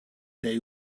they